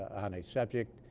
on a subject